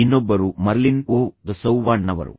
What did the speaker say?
ಇನ್ನೊಬ್ಬರು Marlin O ಸೌವಾಂಡ್ನವರು